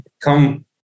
come